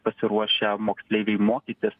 pasiruošę moksleiviai mokytis